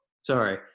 Sorry